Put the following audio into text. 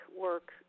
work